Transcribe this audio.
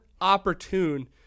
opportune